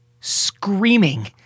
screaming